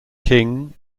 king